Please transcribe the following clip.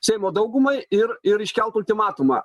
seimo daugumai ir ir iškelt ultimatumą